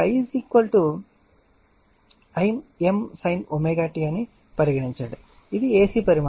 ఇప్పుడు I Im sin ωt అని పరిగణించండి ఇది ac పరిమాణం